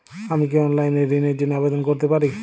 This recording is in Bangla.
আমি কি অনলাইন এ ঋণ র জন্য আবেদন করতে পারি?